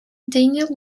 daniel